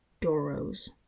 Doros